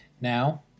now